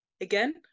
Again